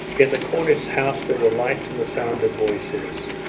in the cornet's house there were lights and the sound of voices.